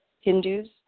Hindus